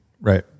Right